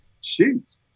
shoot